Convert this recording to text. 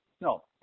No